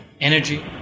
Energy